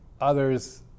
others